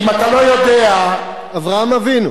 אם אתה לא יודע, אברהם אבינו.